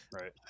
Right